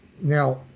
Now